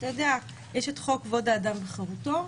יש חוק כבוד האדם וחירותו,